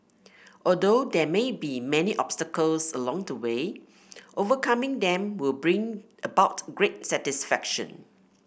although there may be many obstacles along the way overcoming them will bring about great satisfaction